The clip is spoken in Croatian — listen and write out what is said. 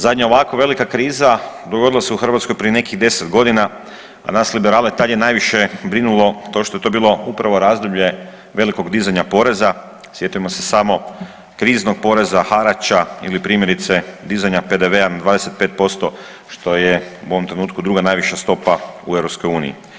Zadnja ovako velika kriza dogodila se u Hrvatskoj prije nekih 10 godina, a nas liberale tad je najviše brinulo to što je to bilo upravo razdoblje velikog dizanja poreza, sjetimo se samo kriznog poreza, harača, ili primjerice dizanja PDV-a na 25%, što je u ovom trenutku druga najviša stopa u Europskoj uniji.